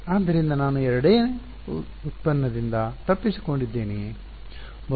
ಆದ್ದರಿಂದ ನಾನು ಎರಡನೇ ಉತ್ಪನ್ನದಿಂದ ತಪ್ಪಿಸಿಕೊಂಡಿದ್ದೇನೆಯೇ